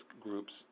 group's